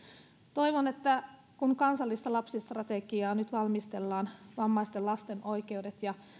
toivon että kun kansallista lapsistrategiaa nyt valmistellaan vammaisten lasten oikeudet ja